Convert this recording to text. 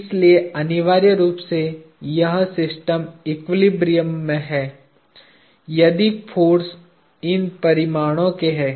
इसलिए अनिवार्य रूप से यह सिस्टम एक्विलिब्रियम में है यदि फोर्स इन परिमाणों के हैं